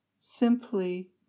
Simply